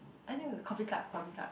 I think coffee club coffee club